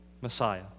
Messiah